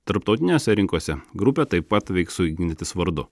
tarptautinėse rinkose grupė taip pat veiks su ignitis vardu